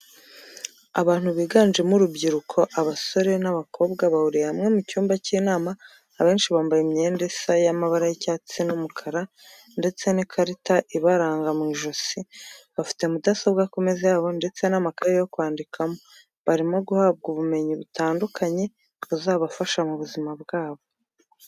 Abantu biganjemo urubyiruko abasore n'abakobwa bahuriye hamwe mu cyumba cy'inama abenshi bambaye imyenda isa y'amabara y'icyatsi n'umukara ndetse n'ikarita ibaranga mw'ijosi bafite mudasobwa ku meza yabo ndetse n'amakaye yo kwandikamo, barimo guhabwa ubumenyi butandukanye buzabafasha mu buzima bwabo.